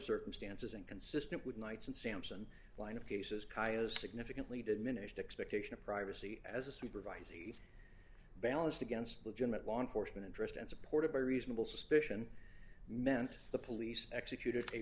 circumstances and consistent with knights and sampson line of cases caio significantly diminished expectation of privacy as a supervisee balanced against legitimate law enforcement interest and supported by reasonable suspicion meant the police executed a